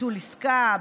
ביטול עסקה,